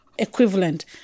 equivalent